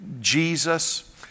Jesus